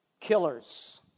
killers